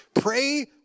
pray